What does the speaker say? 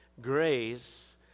Grace